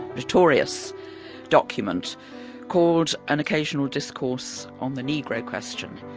notorious document called an occasional discourse on the negro question,